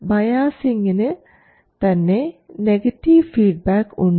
ബയാസിങ്ങിനു തന്നെ negative feedback ഉണ്ട്